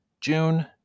June